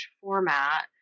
format